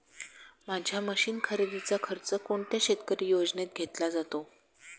माझ्या मशीन खरेदीचा खर्च कोणत्या सरकारी योजनेत घेतला जातो?